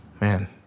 man